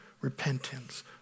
repentance